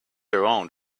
around